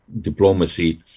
diplomacy